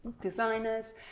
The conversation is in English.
designers